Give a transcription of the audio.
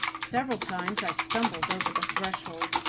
several times i stumbled over the threshold,